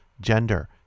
gender